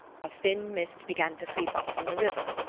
a thin mist began to creep up from the river,